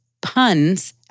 puns